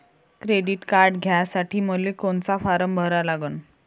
Credit card घ्यासाठी मले कोनचा फारम भरा लागन?